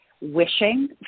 wishing